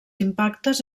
impactes